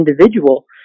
individual